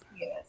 yes